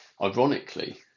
Ironically